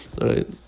right